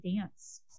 dance